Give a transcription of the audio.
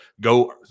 Go